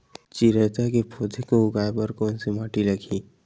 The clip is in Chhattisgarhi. चिरैता के पौधा को उगाए बर कोन से माटी लगही?